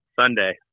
Sunday